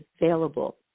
available